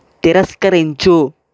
తిరస్కరించు